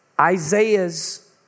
Isaiah's